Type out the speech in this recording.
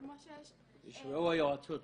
תשמעו היועצות.